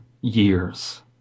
years